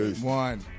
One